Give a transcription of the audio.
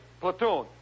platoon